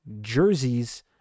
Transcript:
jerseys